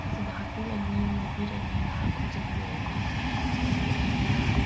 ꯐꯖꯅ ꯍꯥꯞꯄꯤꯔꯅꯤ ꯉꯧꯕꯤꯔꯅꯤ ꯉꯩꯍꯥꯛ ꯈꯨꯝꯖꯟꯕꯤꯔꯅꯤ ꯑꯗꯒꯤ ꯑꯩꯅ